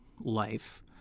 life